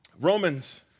Romans